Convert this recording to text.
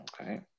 Okay